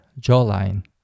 jawline